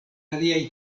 aliaj